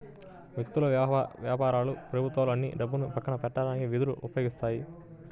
వ్యక్తులు, వ్యాపారాలు ప్రభుత్వాలు అన్నీ డబ్బును పక్కన పెట్టడానికి నిధులను ఉపయోగిస్తాయి